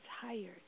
tired